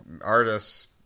artists